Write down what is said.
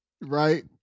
Right